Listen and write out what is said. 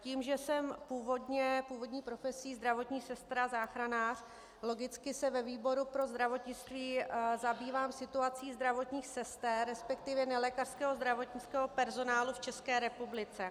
Tím, že jsem původní profesí zdravotní sestra záchranář, logicky se ve výboru pro zdravotnictví zabývám situací zdravotních sester, resp. nelékařského zdravotnického personálu v České republice.